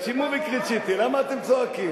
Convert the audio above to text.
(אומר דברים בשפה הרוסית.) למה אתם צועקים?